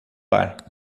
bar